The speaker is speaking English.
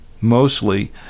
mostly